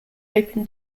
open